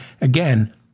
Again